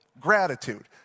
gratitude